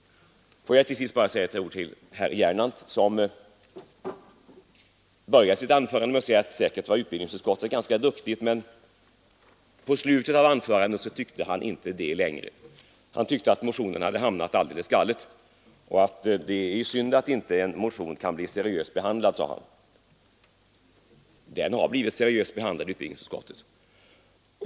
Till sist bara några ord till herr Gernandt, som började sitt anförande med att säga att säkert var utbildningsutskottet ganska duktigt men som i slutet av anförandet inte tyckte det längre. Han ansåg att motionen hade hamnat alldeles galet och sade att det är synd att inte en motion kan bli seriöst behandlad. Motionen har blivit seriöst behandlad i utbildningsutskottet.